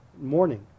morning